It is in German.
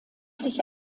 sich